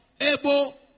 able